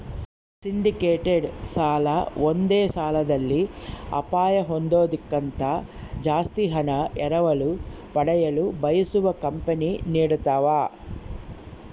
syndicated ಸಾಲ ಒಂದೇ ಸಾಲದಲ್ಲಿ ಅಪಾಯ ಹೊಂದೋದ್ಕಿಂತ ಜಾಸ್ತಿ ಹಣ ಎರವಲು ಪಡೆಯಲು ಬಯಸುವ ಕಂಪನಿ ನೀಡತವ